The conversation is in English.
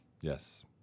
Yes